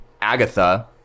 Agatha